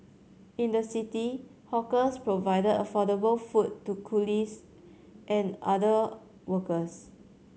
in the city hawkers provide affordable food to coolies and other workers